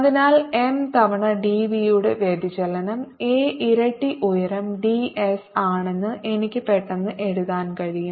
അതിനാൽ M തവണ dv യുടെ വ്യതിചലനം a ഇരട്ടി ഉയരം ds ആണെന്ന് എനിക്ക് പെട്ടെന്ന് എഴുതാൻ കഴിയും